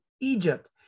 Egypt